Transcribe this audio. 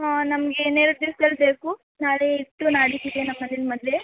ಹಾಂ ನಮಗೆ ಇನ್ನೆರಡು ದಿವ್ಸ್ದಲ್ಲಿ ಬೇಕು ನಾಳೆ ಇಟ್ಟು ನಾಡಿದ್ದು ಇದೆ ನಮ್ಮ ಮನೇಲ್ಲಿ ಮದುವೆ